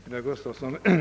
Herr talman!